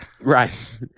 right